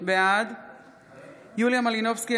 בעד יוליה מלינובסקי,